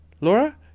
Laura